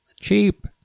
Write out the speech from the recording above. Cheap